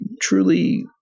truly